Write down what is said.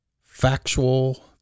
factual